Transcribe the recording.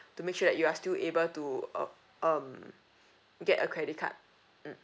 to make sure that you are still able to uh um get a credit card mm